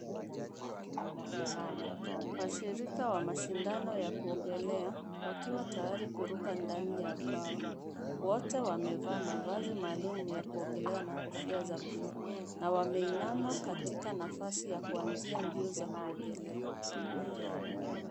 washirika wa mashindano ya kuogelea wakiwa tayari kuruka ndani ya bwawa. Wote wamevaa mavazi maalum ya kuogelea na kofia za buluu na wameinama katika nafasi ya kuanzia mbio za kuogelea.